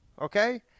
okay